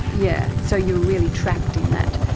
yeah so you were really trapped in that.